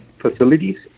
facilities